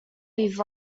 these